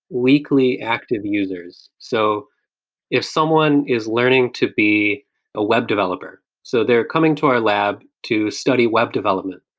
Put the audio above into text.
weekly active users. so if someone is learning to be a web developer, so they're coming to our lab to study web development.